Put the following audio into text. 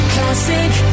Classic